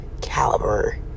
caliber